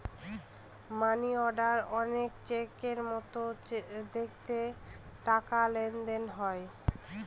মানি order অনেক চেকের মতো যেটাতে টাকার লেনদেন হয়